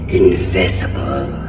invisible